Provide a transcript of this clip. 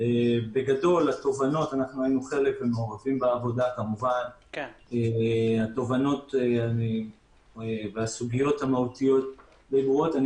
מאחורי התחנות יש מכלול שלם של הפעלות ופעילויות שהם